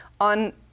on